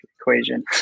equation